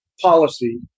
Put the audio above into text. policy